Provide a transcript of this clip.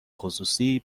خصوصی